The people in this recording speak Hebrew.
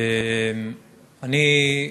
אני,